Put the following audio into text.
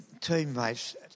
teammates